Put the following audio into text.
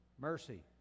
mercy